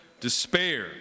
despair